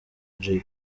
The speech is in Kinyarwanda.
jay